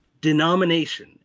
denomination